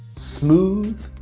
smooth,